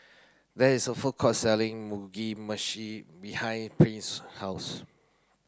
there is a food court selling Mugi Meshi behind Prince's house